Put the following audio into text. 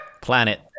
Planet